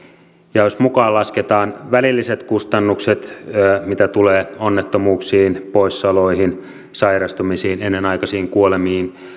ja jos mukaan lasketaan välilliset kustannukset mitä tulee onnettomuuksiin poissaoloihin sairastumisiin ennenaikaisiin kuolemiin